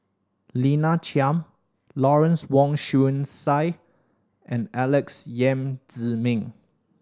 Lina Chiam Lawrence Wong Shyun Tsai and Alex Yam Ziming